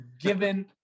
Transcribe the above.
given